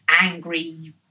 angry